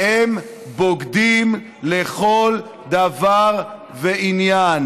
הם בוגדים לכל דבר ועניין.